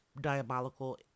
diabolical